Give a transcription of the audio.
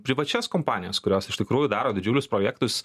privačias kompanijas kurios iš tikrųjų daro didžiulius projektus